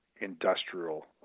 industrial